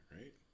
right